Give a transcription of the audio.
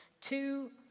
two